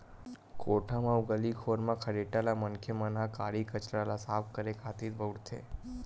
कोठा म अउ गली खोर म खरेटा ल मनखे मन ह काड़ी कचरा ल साफ करे खातिर बउरथे